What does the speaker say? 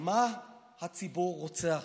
מה הציבור רוצה עכשיו?